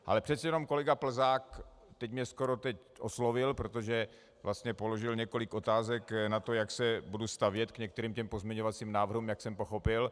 Ale přece jen kolega Plzák teď mě skoro oslovil, protože vlastně položil několik otázek na to, jak se budu stavět k některým těm pozměňovacím návrhům, jak jsem pochopil.